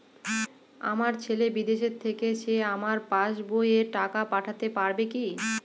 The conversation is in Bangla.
আমার ছেলে বিদেশে থাকে সে আমার পাসবই এ টাকা পাঠাতে পারবে কি?